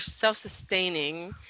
self-sustaining